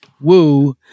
Woo